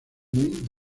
muy